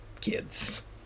kids